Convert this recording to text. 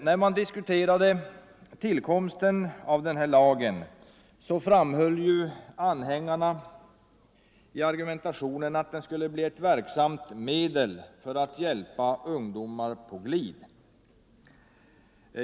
När man diskuterade tillkomsten av denna lag framhöll anhängarna i argumentationen att den skulle bli ett verksamt medel för att hjälpa ungdomar på glid.